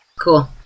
Cool